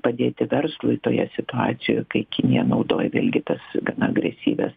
padėti verslui toje situacijoje kai kinija naudoja vėlgi tas agresyvias